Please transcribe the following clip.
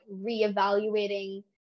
reevaluating